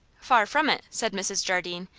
far from it! said mrs. jardine.